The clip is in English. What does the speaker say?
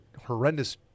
horrendous